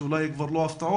שאולי הן כבר לא הפתעות,